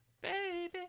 Baby